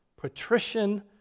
patrician